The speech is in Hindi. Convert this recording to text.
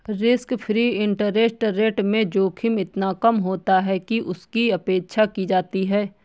रिस्क फ्री इंटरेस्ट रेट में जोखिम इतना कम होता है कि उसकी उपेक्षा की जाती है